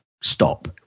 stop